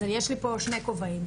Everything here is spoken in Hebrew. אז יש לי פה שני כובעים,